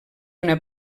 una